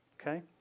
Okay